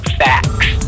facts